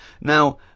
Now